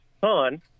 son